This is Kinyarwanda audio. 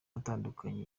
atandukanye